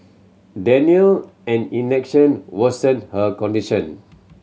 Denial and inaction worsened her condition